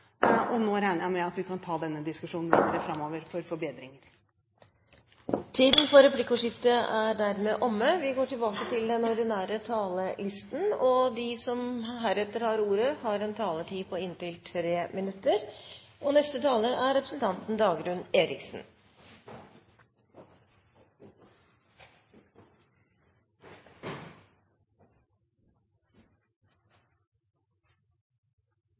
og nå regner jeg med at vi kan ta denne diskusjonen videre framover for forbedringer. Replikkordskiftet er dermed omme. De talere som heretter får ordet, har en taletid på inntil 3 minutter. Det var statsrådens svar til meg som gjorde at jeg hadde behov for å tegne meg. Å påstå at dette er